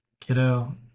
kiddo